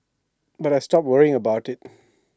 but I stopped worrying about IT